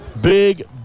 Big